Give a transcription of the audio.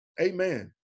Amen